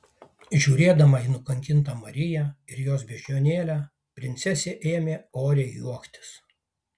žiūrėdama į nukankintą mariją ir jos beždžionėlę princesė ėmė oriai juoktis